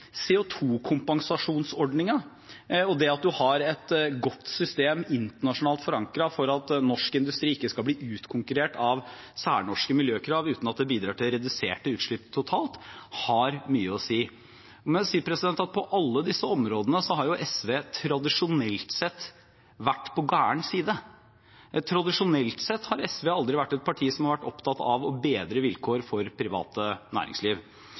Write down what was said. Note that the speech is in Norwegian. og det at man har et godt, internasjonalt forankret system for at norsk industri ikke skal bli utkonkurrert av særnorske miljøkrav uten at det bidrar til reduserte utslipp totalt, har mye å si. På alle disse områdene har SV tradisjonelt sett vært på gal side. Tradisjonelt sett har SV aldri vært et parti som har vært opptatt av å bedre vilkårene for privat næringsliv.